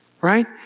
Right